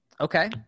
Okay